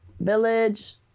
village